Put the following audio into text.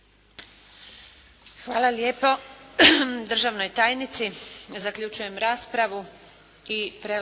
Hvala lijepo državnoj tajnici. Zaključujem raspravu i prelazimo